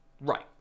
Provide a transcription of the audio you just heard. Right